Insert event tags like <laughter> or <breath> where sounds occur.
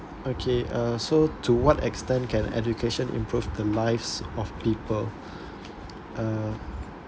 okay uh so to what extent can education improve the lives of people <breath> uh